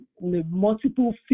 Multiple